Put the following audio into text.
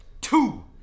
Two